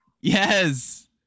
Yes